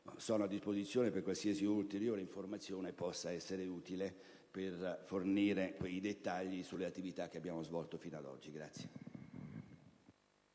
sono a disposizione per qualsiasi ulteriore informazione possa essere utile per fornire dettagli sulle attività che abbiamo svolto fino ad oggi.